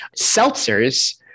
Seltzers